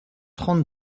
trente